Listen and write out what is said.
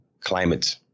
climate